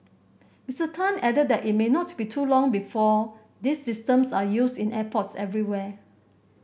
Mister Tan added that it may not be too long before these systems are used in airports everywhere